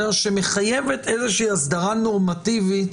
שמחייבת איזושהי הסדרה נורמטיבית,